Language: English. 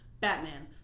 Batman